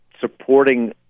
supporting